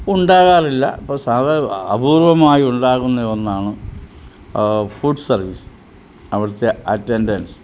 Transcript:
ഉണ്ടാകാറില്ല അപ്പോൾ സാധാ അപൂർവ്വമായി ഉണ്ടാകുന്ന ഒന്നാണ് ഫുഡ് സർവീസ് അവിടുത്തെ അറ്റൻഡൻസ്